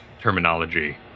terminology